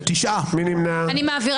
הצבעה לא אושרו.